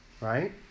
Right